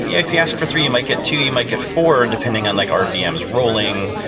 yeah if you ask for three, you might get two, you might get four depending on like are vms rolling,